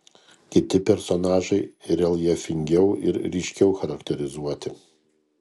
kiti personažai reljefingiau ir ryškiau charakterizuoti